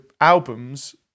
albums